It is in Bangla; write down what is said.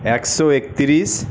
একশো একতিরিশ